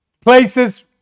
places